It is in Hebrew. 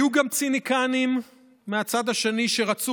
היו גם ציניקנים מהצד השני שרצו